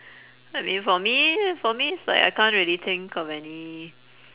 I mean for me for me it's like I can't really think of any